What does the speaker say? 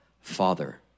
Father